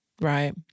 Right